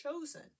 chosen